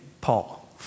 Paul